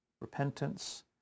repentance